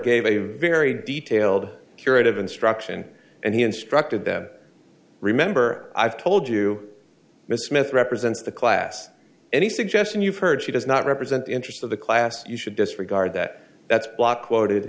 gave a very detailed curative instruction and he instructed them remember i've told you miss smith represents the class any suggestion you've heard she does not represent the interest of the class you should disregard that that's block quoted